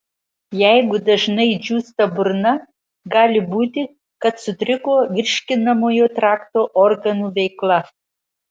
jeigu dažnai džiūsta burna gali būti kad sutriko virškinamojo trakto organų veikla